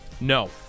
No